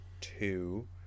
two